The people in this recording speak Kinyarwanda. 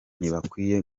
ntibakwiye